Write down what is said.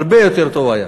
הרבה יותר טוב היה.